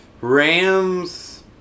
Rams